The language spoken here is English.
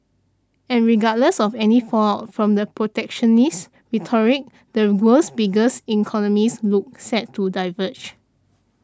and regardless of any fallout from the protectionist rhetoric the world's biggest economies look set to diverge